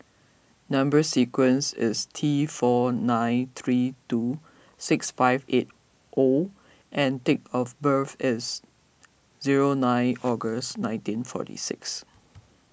Number Sequence is T four nine three two six five eight O and date of birth is zero nine August nineteen forty six